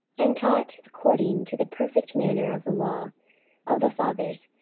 and taught according to the perfect manner of the law of the fathers,